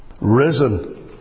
risen